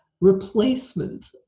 replacement